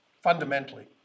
fundamentally